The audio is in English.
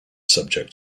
subject